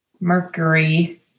mercury